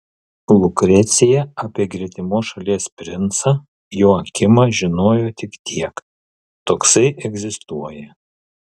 lukrecija apie gretimos šalies princą joakimą žinojo tik tiek toksai egzistuoja